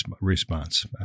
response